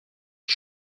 are